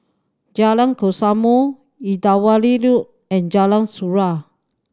Jalan Kesoma Irrawaddy Road and Jalan Surau